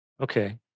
Okay